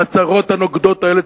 וההצהרות הנוגדות האלה,